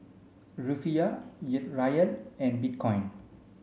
Rufiyaa Riyal and Bitcoin